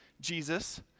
Jesus